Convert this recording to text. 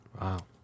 Wow